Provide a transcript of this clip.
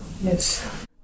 Yes